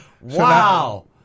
Wow